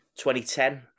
2010